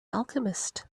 alchemist